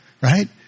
Right